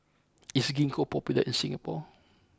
is Ginkgo popular in Singapore